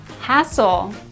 Hassle